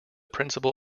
principal